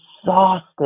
exhausted